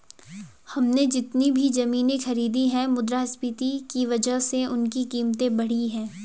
हमने जितनी भी जमीनें खरीदी हैं मुद्रास्फीति की वजह से उनकी कीमत बढ़ी है